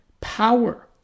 power